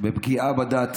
בפגיעה בדת